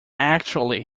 actually